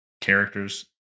characters